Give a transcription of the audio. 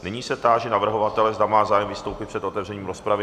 Nyní se táži navrhovatele, zda má zájem vystoupit před otevřením rozpravy?